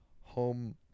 home